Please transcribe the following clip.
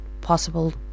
possible